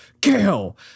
kill